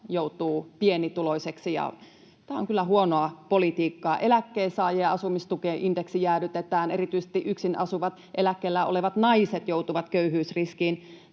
joutuu pienituloiseksi, ja tämä on kyllä huonoa politiikkaa. Eläkkeensaajien asumistukea indeksijäädytetään, erityisesti yksin asuvat, eläkkeellä olevat naiset joutuvat köyhyysriskiin.